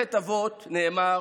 במסכת אבות נאמר: